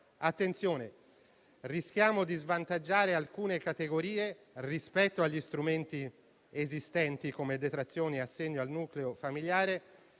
attenzione perché rischiamo di svantaggiare alcune categorie rispetto agli strumenti esistenti (come detrazioni e assegno al nucleo familiare)